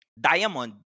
diamond